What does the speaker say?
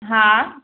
हा